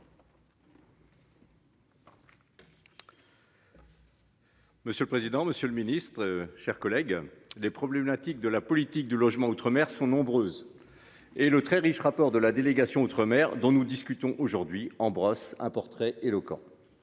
Monsieur le président, Monsieur le Ministre, chers collègues. Les problématiques de la politique du logement outre-mer sont nombreuses. Et le très riche. Rapport de la délégation outre-mer dont nous discutons aujourd'hui en brosse un portrait éloquent.